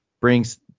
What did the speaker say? Brings